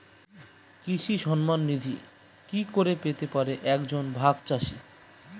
কৃষক সন্মান নিধি কি করে পেতে পারে এক জন ভাগ চাষি?